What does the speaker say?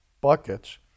buckets